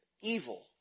evil